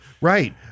right